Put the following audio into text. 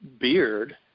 beard